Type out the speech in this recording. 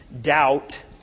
doubt